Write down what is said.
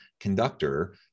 conductor